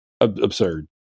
absurd